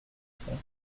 cents